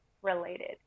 related